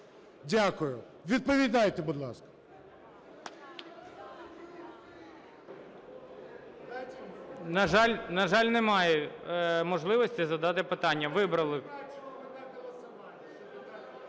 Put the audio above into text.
Дякую. Відповідайте, будь ласка. ГОЛОВУЮЧИЙ. На жаль, немає можливості задати питання, вибрали.